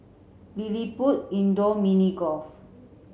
LilliPutt Indoor Mini Golf